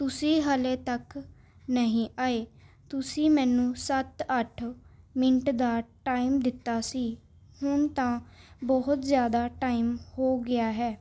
ਤੁਸੀਂ ਹਾਲੇ ਤੱਕ ਨਹੀਂ ਆਏ ਤੁਸੀਂ ਮੈਨੂੰ ਸੱਤ ਅੱਠ ਮਿੰਟ ਦਾ ਟਾਈਮ ਦਿੱਤਾ ਸੀ ਹੁਣ ਤਾਂ ਬਹੁਤ ਜ਼ਿਆਦਾ ਟਾਈਮ ਹੋ ਗਿਆ ਹੈ